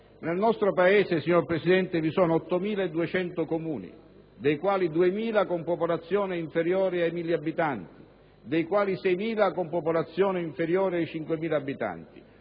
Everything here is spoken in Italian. del nostro Paese. In Italia, signor Presidente, vi sono 8.200 Comuni, dei quali 2.000 con popolazione inferiore ai 1.000 abitanti e 6.000 con popolazione inferiore ai 5.000 abitanti.